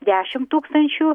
dešim tūkstančių